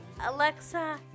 Alexa